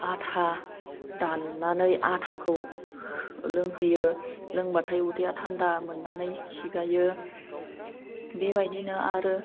आथा दाननानै आथाखौ लोंहोयो लोंबाथाय उदैआ थान्दा मोननानै खिगायो बेबायदिनो आरो